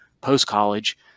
post-college